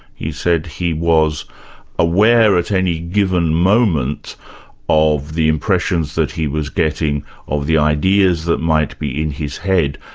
he said he was aware at any given moment of the impressions that he was getting of the ideas that might be in his head,